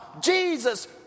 Jesus